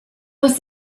was